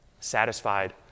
satisfied